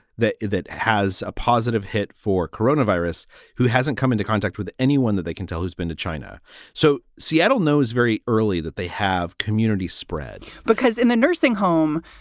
that it has a positive hit for corona virus who hasn't come into contact with anyone that they can tell who's been to china so seattle knows very early that they have community spread because in the nursing home,